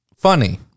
funny